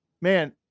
man